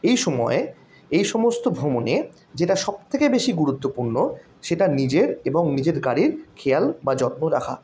এই সময়ে এই সমস্ত ভ্রমণে যেটা সব থেকে বেশি গুরুত্বপূর্ণ সেটা নিজের এবং নিজের গাড়ির খেয়াল বা যত্ন রাখা